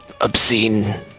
obscene